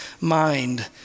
mind